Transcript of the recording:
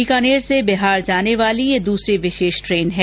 बीकानेर से बिहार जाने वाली यह दूसरी विशेष ट्रेन है